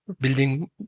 building